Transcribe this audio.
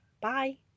Bye